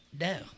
No